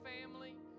family